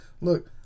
Look